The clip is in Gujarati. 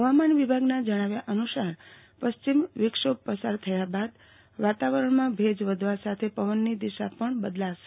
હવામાન વિભાગના જણાવ્યા અનુસાર પશ્ચિમ વિક્ષોભ પસાર થયા બાદ વાતાવરણમાં ભેજ વધવા સાથે પવનની દિશા પણ બદલાશે